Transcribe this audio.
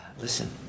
Listen